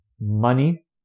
money